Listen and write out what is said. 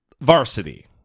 varsity